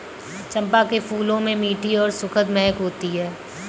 चंपा के फूलों में मीठी और सुखद महक होती है